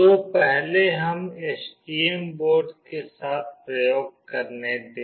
तो पहले हमें एसटीएम बोर्ड के साथ प्रयोग करने दें